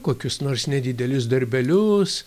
kokius nors nedidelius darbelius